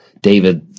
David